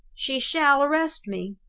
she shall arrest me.